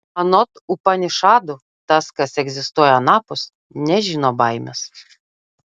anot upanišadų tas kas egzistuoja anapus nežino baimės